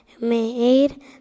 made